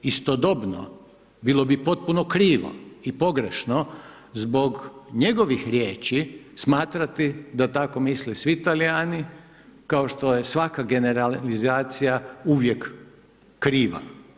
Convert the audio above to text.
Istodobno bilo bi potpuno krivo i pogrešno zbog njegovih riječi smatrati da tako misle svi Talijani, kao što je svaka generalizacija uvijek kriva.